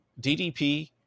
DDP